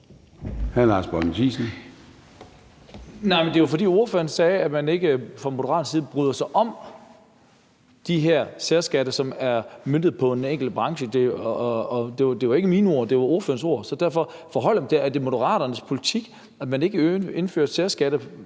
Det er, fordi ordføreren sagde, at man fra Moderaternes side ikke bryder sig om de her særskatter, som er møntet på en enkelt branche. Det var ikke mine ord, det var ordførerens ord, og derfor forholder jeg mig til dem. Er det Moderaternes politik, at man ikke indfører særskat